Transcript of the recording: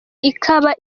ikaba